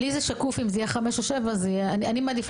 לי זה שקוף אם יהיה 5 או 7. אני מעדיפה